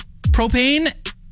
Propane